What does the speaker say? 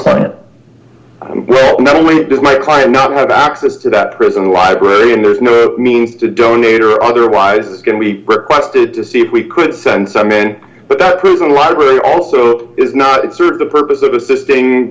client well not only does my client not have access to that prison library and there's no means to donate or otherwise is going to be requested to see if we could send some men but that prison library also is not it serves the purpose of assisting